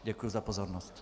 Děkuji za pozornost.